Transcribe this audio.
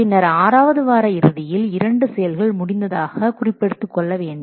பின்னர் ஆறாவது வார இறுதியில் இரண்டு செயல்கள் முடிந்ததாக குறிப்பெடுத்துக் கொள்ள வேண்டும்